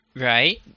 Right